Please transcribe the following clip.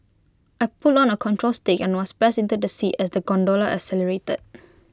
I pulled on A control stick and was pressed into the seat as the gondola accelerated